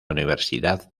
universidad